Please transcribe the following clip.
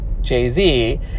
Jay-Z